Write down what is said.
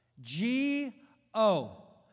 G-O